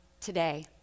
today